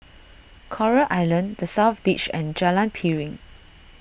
Coral Island the South Beach and Jalan Piring